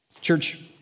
Church